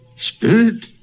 Spirit